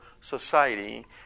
society